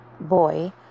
boy